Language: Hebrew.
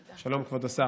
שלום, כבוד השר.